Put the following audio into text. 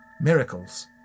Miracles